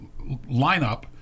lineup